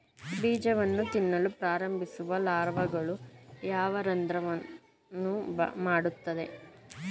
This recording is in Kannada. ಬೀಜವನ್ನು ತಿನ್ನಲು ಪ್ರಾರಂಭಿಸುವ ಲಾರ್ವಾಗಳು ಯಾವ ರಂಧ್ರವನ್ನು ಮಾಡುತ್ತವೆ?